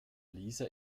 lisa